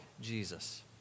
Jesus